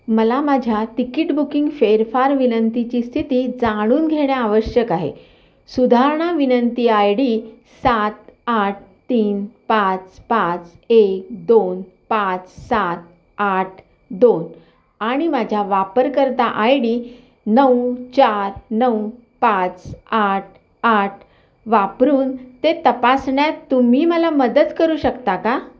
मला माझ्या ticket booking फेरफार विनंतीची स्थिती जाणून घेण आवश्यक आहे सुधारणा विनंती आय डी सात आठ तीन पाच पाच एक दोन पाच सात आठ दोन आणि माझ्या वापरकर्ता आय डी नऊ चार नऊ पाच आठ आठ वापरून ते तपासण्यात तुम्ही मला मदत करू शकता का